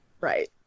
Right